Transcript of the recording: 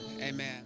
Amen